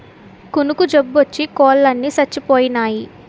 కునుకు జబ్బోచ్చి కోలన్ని సచ్చిపోనాయి